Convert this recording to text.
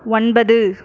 ஒன்பது